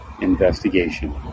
investigation